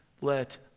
let